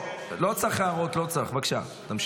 אני לא רוצה לקרוא אותך לסדר, בסדר?